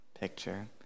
picture